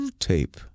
Tape